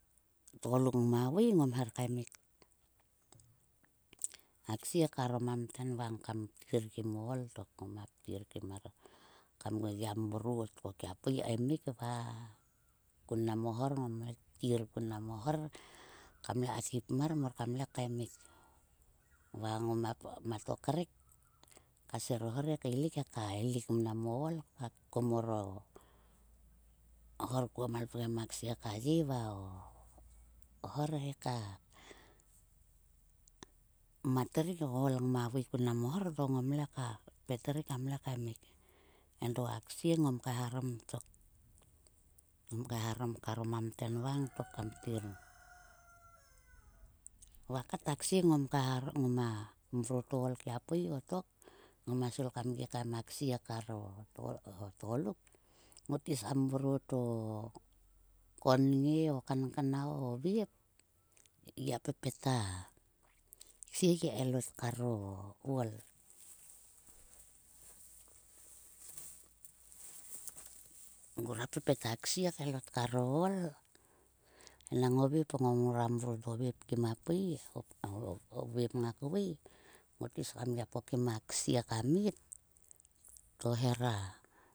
O tgoluk ngama bui ngom her kaimuk. A ksie karo mamten vang kamptir kim o ol tok ngoma ptir kim mar kam gia mrot ko kia pui kaemik va kun mnam o hor ngomle ptir kun mnam o hor kam khi pmar mor kam le kaemik. Va ngoma mat a krek. Kaser o ho he kaelik he elik mnam o ool. Komor o horl malpgem a ksie ka ye va o hor he ka mat rik o ool ngama vui kun mohor to ngomle pet rik kam le lkaemik. Endo a ksie ngom kaeharom tok. Ngom kaeharom karo mamten vang kam ptir va kat a ksie ngom ka va kat a ksie ngoma mrot o ool kia pui o tok ngoma srul kam gi kaem a ksie kar o tgo o tgoluk. Ngot is kam mrot o konge, o kankanu o o vep. Gia pepet a ksie gi kaelot kar o ool. Ngora pepet a ksie kaelot kar o ool. Enang o vep ko ngora mrot o vep kia pui. O vep ngak vui. Ngot is kam pokim a ksie kat mit to hera.